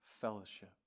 fellowship